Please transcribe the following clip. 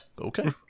Okay